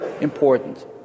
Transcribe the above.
important